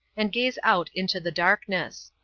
and gaze out into the darkness.